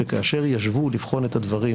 שכאשר ישבו לבחון את הדברים,